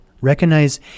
Recognize